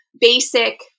basic